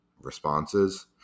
responses